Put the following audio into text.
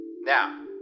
Now